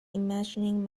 imagining